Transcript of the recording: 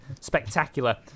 spectacular